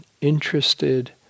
interested